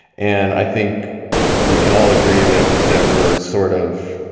and i think we can all agree that there were sort of